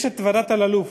יש ועדת אלאלוף,